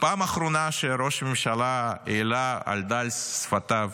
פעם אחרונה שראש הממשלה העלה על דל שפתיו